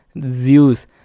Zeus